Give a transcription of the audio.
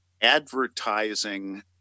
advertising